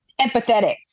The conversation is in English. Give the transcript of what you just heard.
empathetic